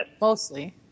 Mostly